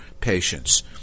patients